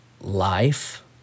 life